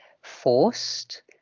forced